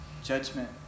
judgment